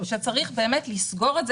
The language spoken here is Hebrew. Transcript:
שצריך באמת לסגור את זה,